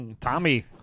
Tommy